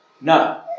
no